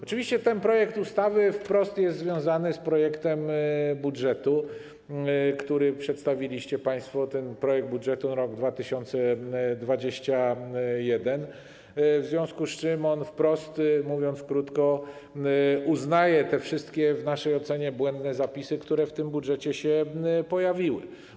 Oczywiście ten projekt ustawy wprost jest związany z projektem budżetu, który przedstawiliście państwo, ten projekt budżetu na rok 2021, w związku z tym on wprost, mówiąc krótko, uznaje te wszystkie, w naszej ocenie błędne, zapisy, które w tym budżecie się pojawiły.